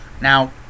Now